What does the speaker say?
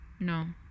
No